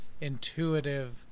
intuitive